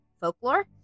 folklore